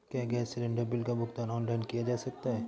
क्या gas cylinder bill का भुगतान ऑनलाइन किया जा सकता है?